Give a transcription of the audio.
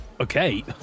Okay